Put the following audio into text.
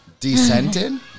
Descented